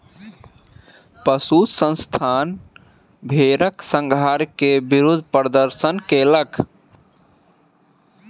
पशु संस्थान भेड़क संहार के विरुद्ध प्रदर्शन कयलक